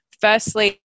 firstly